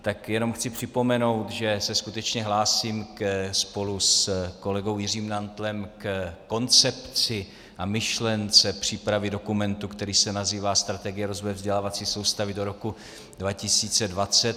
Tak jenom chci připomenout, že se skutečně hlásím spolu s kolegou Jiřím Nantlem ke koncepci a myšlence přípravy dokumentu, který se nazývá Strategie rozvoje vzdělávací soustavy do roku 2020.